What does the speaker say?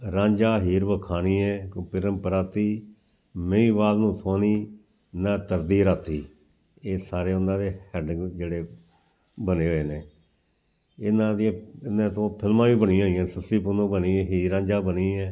ਰਾਂਝਾ ਹੀਰ ਵਖਾਣੀਐ ਇਕ ਪਿਰਮ ਪਰਾਤੀ ਮਹੀਵਾਲ ਨੂੰ ਸੋਹਣੀ ਨਾ ਤਰਦੀ ਰਾਤੀ ਇਹ ਸਾਰਿਆਂ ਦਾ ਵੇ ਹੈਡ ਜਿਹੜੇ ਬਣੇ ਹੋਏ ਨੇ ਇਹਨਾਂ ਦੀਆਂ ਇਹਨਾਂ ਤੋਂ ਫਿਲਮਾਂ ਵੀ ਬਣੀਆਂ ਹੋਈਆਂ ਸੱਸੀ ਪੁੰਨੁੰ ਬਣੀ ਏ ਹੀਰ ਰਾਂਝਾ ਬਣੀ ਹੈ